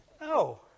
No